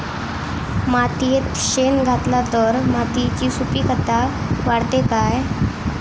मातयेत शेण घातला तर मातयेची सुपीकता वाढते काय?